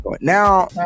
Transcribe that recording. Now